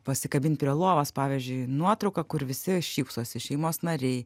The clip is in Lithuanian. pasikabint prie lovos pavyzdžiui nuotrauką kur visi šypsosi šeimos nariai